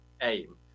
aim